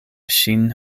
ŝin